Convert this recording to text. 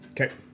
Okay